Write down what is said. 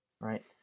right